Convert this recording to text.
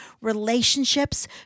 relationships